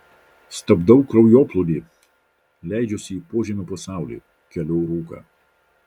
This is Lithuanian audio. stabdau kraujoplūdį leidžiuosi į požemių pasaulį keliu rūką